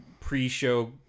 pre-show